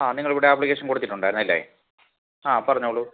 ആ നിങ്ങളിവിടെ അപ്ലിക്കേഷൻ കൊടുത്തിട്ടുണ്ടാരുന്നു അല്ലെ ആ പറഞ്ഞോളൂ